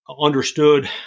understood